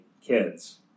kids